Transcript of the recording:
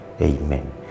Amen